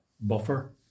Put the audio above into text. buffer